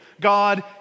God